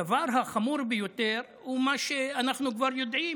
הדבר החמור ביותר הוא מה שאנחנו כבר יודעים.